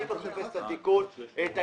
אני מבקש כן